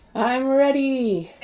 i'm ready